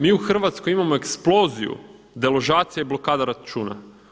Mi u Hrvatskoj imamo eksploziju deložacije i blokada računa.